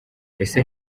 ese